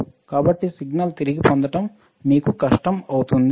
కాబట్టి సిగ్నల్ తిరిగి పొందడం మీకు కష్టం అవుతుంది